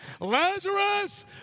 Lazarus